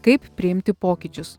kaip priimti pokyčius